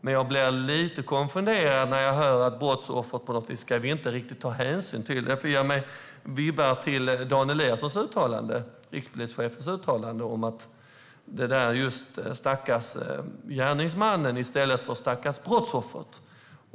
Men jag blir lite konfunderad när jag hör att vi inte ska ta hänsyn till brottsoffret. Det ger mig vibbar till rikspolischefen Dan Eliassons uttalande om stackars gärningsmannen i stället för stackars brottsoffret.